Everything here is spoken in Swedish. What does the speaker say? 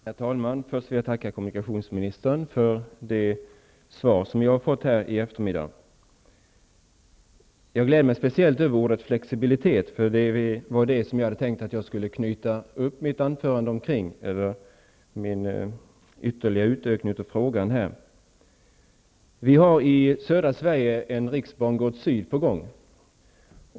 Herr talman! Först vill jag tacka kommunikationsministern för det svar som jag har fått. Jag gläder mig speciellt över ordet ''flexibilitet'', för det hade jag tänkt att anknyta mitt anförande till vid en ytterligare utveckling av min fråga. I södra Sverige är det en riksbangård Syd på gång.